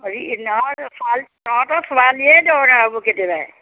হেৰি নহয় তহঁ তহঁতৰ ছোৱলীৰে দৰকাৰ হ'ব কেতিয়াবা